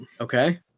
Okay